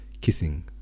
Kissing